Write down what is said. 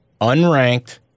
Unranked